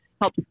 help